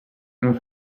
non